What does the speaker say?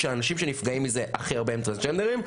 כשאנשים שנפגעים מזה הכי הרבה הם טרנסג'נדרים.